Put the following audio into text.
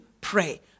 pray